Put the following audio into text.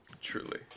Truly